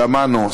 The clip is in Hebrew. תמנו,